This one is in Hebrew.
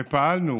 ופעלנו